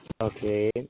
Okay